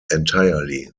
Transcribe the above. entirely